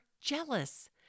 jealous